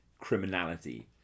criminality